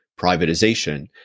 privatization